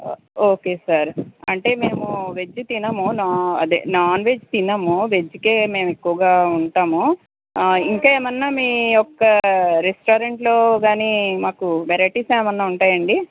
okay sir అంటే మేము veg తినము అదే నాన్ వెజ్ తినము వెజ్కే మేం ఎక్కువగా ఉంటాము ఇంకా ఏమైనా మీ యొక్క రెస్టారెంట్లో కానీ మాకు వెరైటీస్ ఏమైనా ఉంటాయా అండి